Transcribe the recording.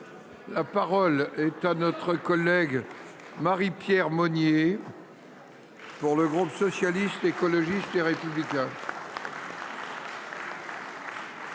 La parole est à Mme Marie Pierre Monier, pour le groupe Socialiste, Écologiste et Républicain.